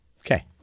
Okay